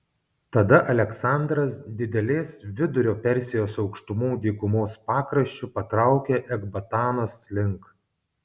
tada aleksandras didelės vidurio persijos aukštumų dykumos pakraščiu patraukė ekbatanos link